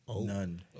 None